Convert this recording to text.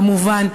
כמובן,